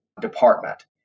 department